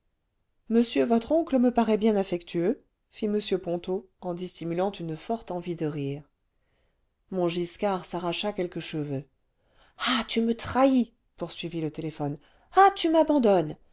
monsieur votre oncle me paraît bien affectueux fit m ponto en dissimulant une forte envie de rire montgiscard s'arracha quelques cheveux ah tu me trahis poursuivit le téléphone ah tu m'abandonnes